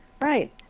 Right